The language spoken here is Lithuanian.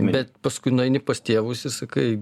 bet paskui nueini pas tėvus ir sakai